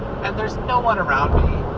and there's no one around me.